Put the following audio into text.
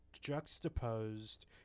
juxtaposed